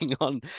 on